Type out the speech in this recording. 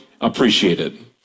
appreciated